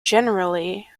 generally